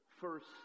first